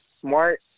smart